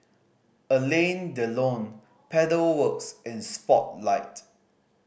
Alain Delon Pedal Works and Spotlight